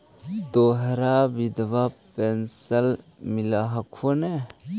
तोहरा विधवा पेन्शन मिलहको ने?